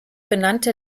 benannte